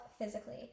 physically